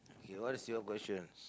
K what is your question